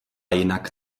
jinak